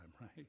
right